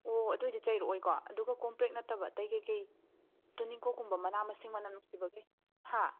ꯑꯣ ꯑꯗꯣꯏꯗꯤ ꯆꯩꯔꯛꯑꯣꯏꯀꯣ ꯑꯗꯨꯒ ꯀꯣꯝꯄ꯭ꯔꯦꯛ ꯅꯠꯇꯕ ꯑꯇꯩ ꯀꯩ ꯀꯩ ꯇꯨꯅꯤꯡꯀꯣꯛ ꯀꯨꯝꯕ ꯃꯅꯥ ꯃꯁꯤꯡ ꯃꯅꯝ ꯅꯨꯡꯁꯤꯕꯒꯤ ꯍꯥ